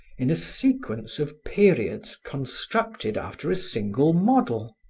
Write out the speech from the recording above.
in a sequence of periods constructed after a single model.